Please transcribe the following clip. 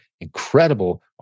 incredible